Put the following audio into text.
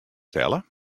stelle